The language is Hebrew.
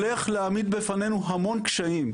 הולך להעמיד בפנינו המון קשיים,